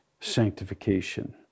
sanctification